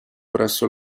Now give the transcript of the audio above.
presso